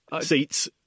seats